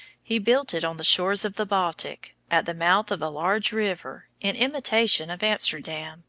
he built it on the shores of the baltic, at the mouth of a large river, in imitation of amsterdam,